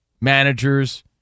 managers